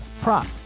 prop